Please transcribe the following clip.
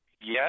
yes